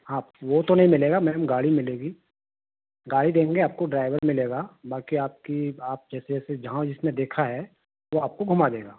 आप वह तो नहीं मिलेगा मैडम गाड़ी मिलेगी गाड़ी देंगे आपको ड्राइवर मिलेगा बाकी आपकी आप जैसे जैसे जहाँ जिसने देखा है वह आपको घुमा देगा